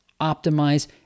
optimize